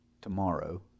tomorrow